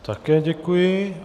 Také děkuji.